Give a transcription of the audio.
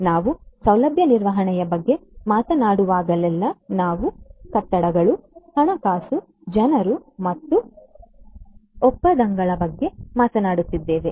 ಆದ್ದರಿಂದ ನಾವು ಸೌಲಭ್ಯ ನಿರ್ವಹಣೆಯ ಬಗ್ಗೆ ಮಾತನಾಡುವಾಗಲೆಲ್ಲಾ ನಾವು ಕಟ್ಟಡಗಳು ಹಣಕಾಸು ಜನರು ಮತ್ತು ಒಪ್ಪಂದಗಳ ಬಗ್ಗೆ ಮಾತನಾಡುತ್ತಿದ್ದೇವೆ